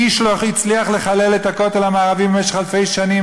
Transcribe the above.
איש לא הצליח לחלל את הכותל המערבי במשך אלפי שנים,